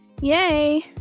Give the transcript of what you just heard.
yay